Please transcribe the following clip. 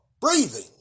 breathing